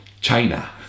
China